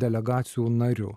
delegacijų nariu